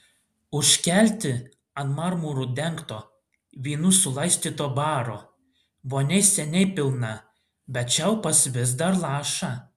užkelti ant marmuru dengto vynu sulaistyto baro vonia seniai pilna bet čiaupas vis dar laša